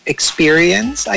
experience